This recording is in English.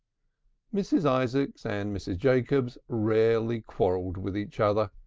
mrs. isaacs and mrs. jacobs rarely quarrelled with each other,